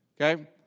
Okay